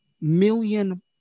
million